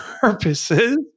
purposes